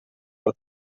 per